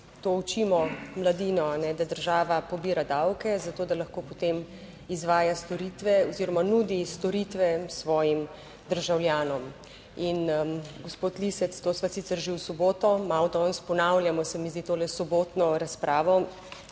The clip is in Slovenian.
To učimo mladino, kajne, da država pobira davke, zato da lahko potem izvaja storitve oziroma nudi storitve svojim državljanom. In gospod Lisec to sva sicer že v soboto, malo danes ponavljamo, se mi zdi, tole sobotno razpravo,